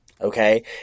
Okay